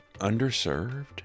underserved